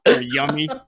Yummy